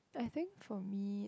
I think for me